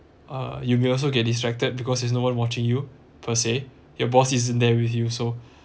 uh you you also get distracted because there's no one watching you per se your boss isn't there with you so